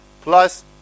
Plus